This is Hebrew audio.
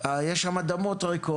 יש שם אדמות ריקות.